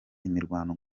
imirwano